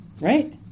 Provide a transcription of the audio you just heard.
right